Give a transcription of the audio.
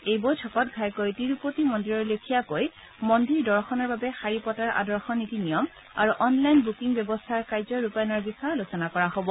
এই বৈঠকত ঘাইকৈ তিৰুপতি মন্দিৰৰ লেখিয়াকৈ মন্দিৰ দৰ্শনৰ বাবে শাৰী পতাৰ আদৰ্শ নীতি নিয়ম আৰু অনলাইন বুকিং ব্যৱস্থাৰ কাৰ্যৰূপায়নৰ বিষয়ে আলোচনা কৰা হব